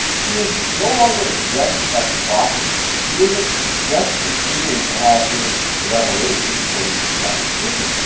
he is no longer just a prophet. he isn't just continuing to have his revelations according to islamic tradition.